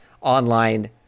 online